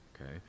okay